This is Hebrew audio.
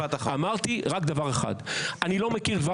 אמרתי רק דבר אחד: אני לא מכיר דבר